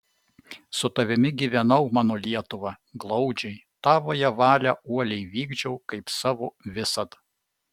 su tavimi gyvenau mano lietuva glaudžiai tavąją valią uoliai vykdžiau kaip savo visad